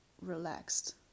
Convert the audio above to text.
relaxed